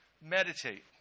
meditate